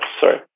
sorry